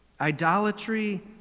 idolatry